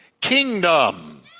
kingdom